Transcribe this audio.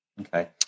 Okay